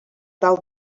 tal